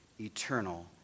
eternal